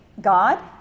God